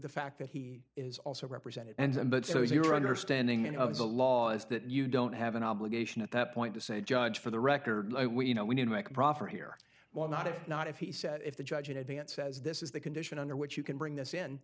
the fact that he is also represented and then but so is your understanding of the laws that you don't have an obligation at that point to say judge for the record you know we need to make proffer here why not if not if he said if the judge in advance says this is the condition under which you can bring this in